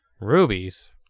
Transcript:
Rubies